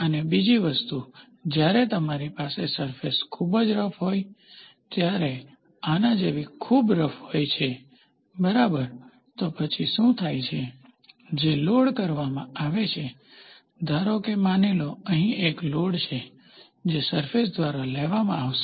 અને બીજી વસ્તુ જ્યારે તમારી પાસે સરફેસ ખૂબ જ રફ હોય ત્યારે આના જેવી ખૂબ રફ હોય છે બરાબર તો પછી શું થાય છે જે લોડ લેવામાં આવે છે ધારો કે માની લો અહીં એક લોડ છે જે સરફેસ દ્વારા લેવામાં આવશે